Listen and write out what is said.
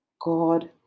God